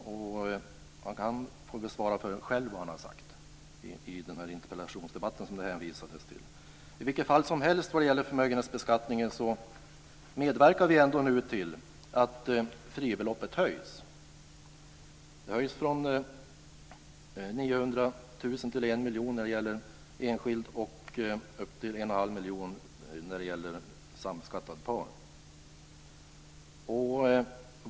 Såvitt jag vet har Per anmält sig på talarlistan och kan alltså själv svara för vad han har sagt i den debatten. Vi medverkar nu till att fribeloppet höjs från 900 000 kr till 1 miljon kronor för fysiska personer och till 1 1⁄2 miljon kronor för sambeskattade par.